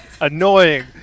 annoying